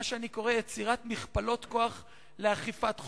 שאני קורא יצירת מכפלות כוח לאכיפת חוק,